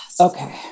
okay